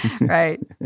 right